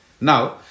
Now